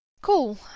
Cool